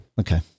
Okay